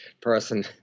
person